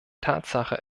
tatsache